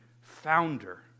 founder